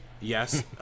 Yes